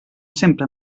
sempre